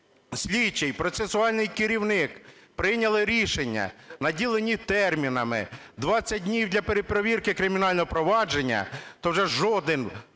слідчий і процесуальний керівник прийняли рішення, наділені термінами 20 днів для перепровірки кримінального провадження, то вже жоден